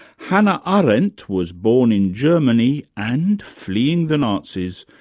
hannah arendt was born in germany and, fleeing the nazis,